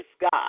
God